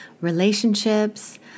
relationships